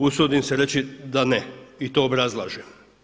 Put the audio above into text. Usudim se reći da ne i to obrazlažem.